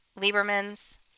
Lieberman's